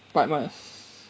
but must